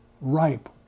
ripe